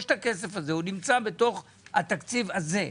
יש הכסף הזה, הוא נמצא בתוך התקציב הזה.